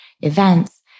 events